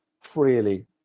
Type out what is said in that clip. freely